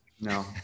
No